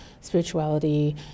spirituality